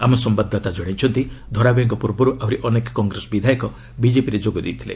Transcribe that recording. ଆମ ସମ୍ଭାଦଦାତା ଜଣାଇଛନ୍ତି ଧରାବିୟାଙ୍କ ପୂର୍ବରୁ ଆହୁରି ଅନେକ କଂଗ୍ରେସ ବିଧାୟକ ବିଜେପିରେ ଯୋଗ ଦେଇଥିଲେ